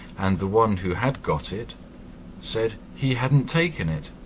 and the one who had got it said he hadn't taken it.